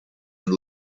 and